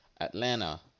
Atlanta